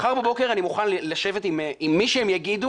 אנחנו נגיש מחר בבוקר אני מוכן לשבת עם מי שהם יגידו.